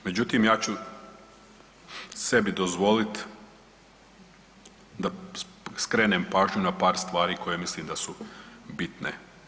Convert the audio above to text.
Međutim, ja ću sebi dozvoliti da skrenem pažnju na par stvari koje mislim da su bitne.